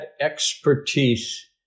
expertise